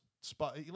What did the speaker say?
spot